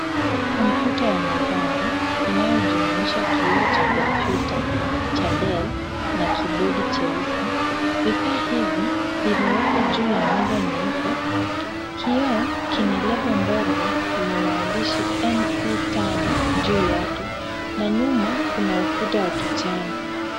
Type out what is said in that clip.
Kompyuta ya mezani inayojumuisha kioo cha kompyuta cha Dell na kibodi cheusi. Vifaa hivi vimewekwa juu ya meza nyeupe. Kioo kina lebo ndogo yenye maandishi NC5 juu yake na nyuma kuna ukuta wa kijani.